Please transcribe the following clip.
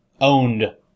owned